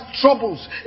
troubles